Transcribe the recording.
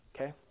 Okay